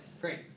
great